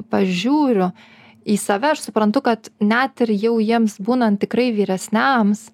pažiūriu į save aš suprantu kad net ir jau jiems būnant tikrai vyresniams